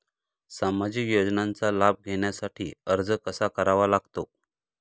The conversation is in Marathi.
सामाजिक योजनांचा लाभ घेण्यासाठी अर्ज कसा करावा लागतो?